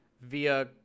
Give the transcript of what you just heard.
via